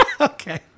Okay